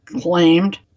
claimed